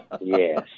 Yes